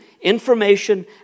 Information